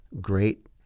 great